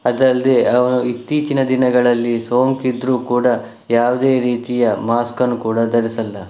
ಅದಲ್ಲದೆ ಅವನು ಇತ್ತೀಚಿನ ದಿನಗಳಲ್ಲಿ ಸೋಂಕಿದ್ದರೂ ಕೂಡ ಯಾವುದೇ ರೀತಿಯ ಮಾಸ್ಕನ್ನು ಕೂಡ ಧರಿಸಲ್ಲ